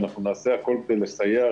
ואנחנו נעשה הכל כדי לסייע.